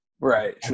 right